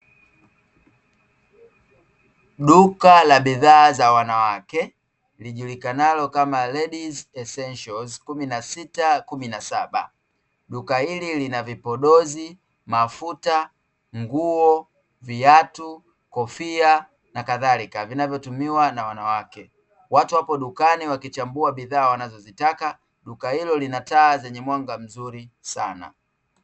Duka la bidhaa za wanawake lijulikanalo kama "LADIES ESSENTIALS 1617" duka hili lina vipodozi, mafuta, nguo, viatu, kofia na kadhalika vinavyotumiwa na wanawake, watu wapo dukani wakichambua bidhaa wanazozitaka, duka hilo lina taa zenye mwanga mzuri sana.